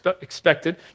expected